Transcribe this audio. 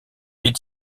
est